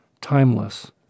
timeless